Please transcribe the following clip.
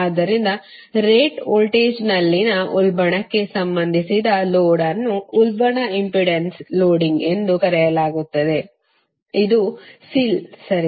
ಆದ್ದರಿಂದ ರೇಟ್ ವೋಲ್ಟೇಜ್ನಲ್ಲಿನ ಉಲ್ಬಣಕ್ಕೆ ಸಂಬಂಧಿಸಿದ ಲೋಡ್ ಅನ್ನು ಉಲ್ಬಣ ಇಂಪೆಡೆನ್ಸ್ ಲೋಡಿಂಗ್ ಎಂದು ಕರೆಯಲಾಗುತ್ತದೆ ಅದು SIL ಸರಿ